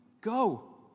go